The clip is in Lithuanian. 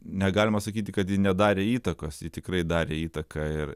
negalima sakyti kad ji nedarė įtakos ji tikrai darė įtaką ir